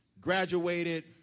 graduated